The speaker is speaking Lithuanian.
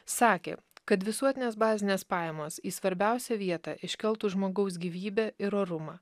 sakė kad visuotinės bazinės pajamos į svarbiausią vietą iškiltų žmogaus gyvybė ir orumą